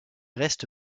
reste